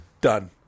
Done